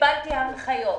קיבלתי הנחיות.